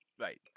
right